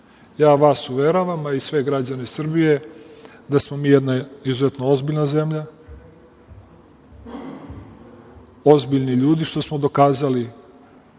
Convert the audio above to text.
Uveravam vas, a i sve građane Srbije da smo mi jedna ozbiljna zemlja, ozbiljni ljudi, što smo dokazali